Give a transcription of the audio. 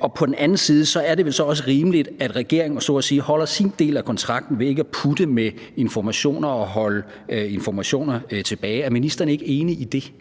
og på den anden side er det vel så også rimeligt, at regeringen så at sige holder sin del af kontrakten ved ikke at putte med informationer og holde informationer tilbage. Er ministeren ikke enig i det?